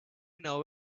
know